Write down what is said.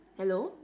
hello